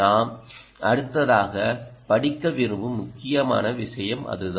நாம் அடுத்ததாக படிக்க விரும்பும் முக்கியமான விஷயம் அதுதான்